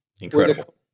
Incredible